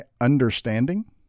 understanding